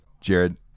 Jared